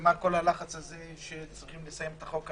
ומה כל הלחץ הזה שצריך לסיים את החוק?